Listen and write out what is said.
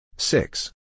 Six